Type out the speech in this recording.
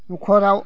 न'खराव